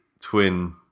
twin